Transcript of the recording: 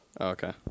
Okay